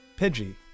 Pidgey